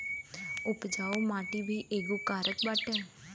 उपजाऊ माटी भी एगो कारक बाटे